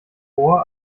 vor